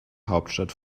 hauptstadt